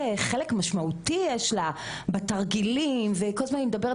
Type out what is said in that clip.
חלק משמעותי יש לה בתרגילים וכל הזמן היא מדברת